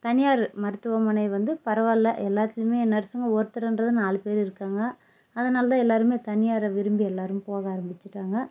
தனியார் மருத்துவமனை வந்து பரவாயில்லை எல்லாத்துலையுமே நர்ஸுங்க ஒருத்தருன்றது நாலு பேர் இருக்காங்க அதனால தான் எல்லாருமே தனியாரை விரும்பி எல்லாரும் போக ஆரம்பிச்சிவிட்டாங்க